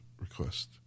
request